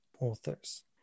authors